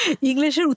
English